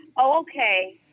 Okay